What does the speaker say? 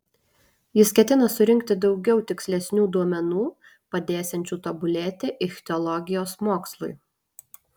jis ketina surinkti daugiau tikslesnių duomenų padėsiančių tobulėti ichtiologijos mokslui